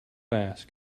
ask